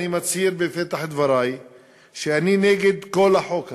אני מצהיר בפתח דברי שאני נגד כל החוק הזה.